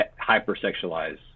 hyper-sexualize